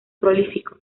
prolífico